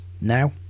now